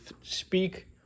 speak